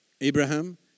Abraham